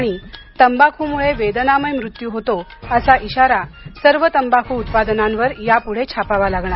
तंबाखूमूळं वेदनामय मृत्यू होतो असा इशारा सर्व तंबाखू उत्पादनांवर यापुढे छापावा लागणार